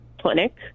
clinic